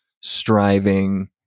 striving